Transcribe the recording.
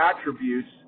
attributes